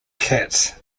katz